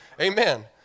Amen